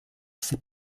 ses